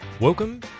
Welcome